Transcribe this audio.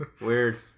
Weird